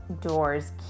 door's